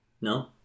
no